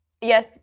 yes